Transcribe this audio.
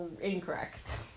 Incorrect